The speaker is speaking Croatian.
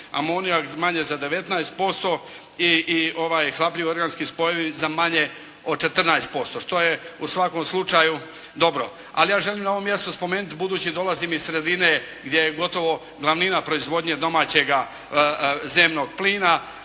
amonijak manje za 19% i ovaj hlapljivi organski spojevi za manje od 14% što je u svakom slučaju dobro. Ali ja želim na ovom mjestu spomenuti, budući dolazim iz sredine gdje je gotovo glavnina proizvodnje domaćega zemnog plina,